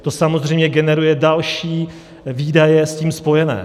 To samozřejmě generuje další výdaje s tím spojené.